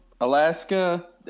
alaska